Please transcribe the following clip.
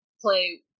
play